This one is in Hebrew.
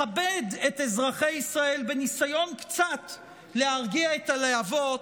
לכבד את אזרחי ישראל בניסיון קצת להרגיע את הלהבות,